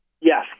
Yes